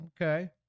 Okay